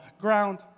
ground